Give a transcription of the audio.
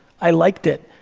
i liked it,